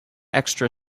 extra